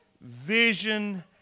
vision